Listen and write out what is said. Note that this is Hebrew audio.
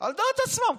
על דעת עצמם.